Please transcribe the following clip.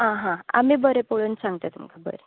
आं हां आमी बरें करून सांगतलीं बरें